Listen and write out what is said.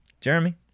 Jeremy